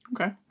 Okay